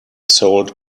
sold